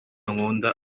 nkunda